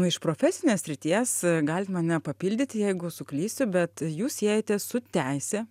iš profesinės srities galit mane papildyt jeigu suklysiu bet jūs siejates su teise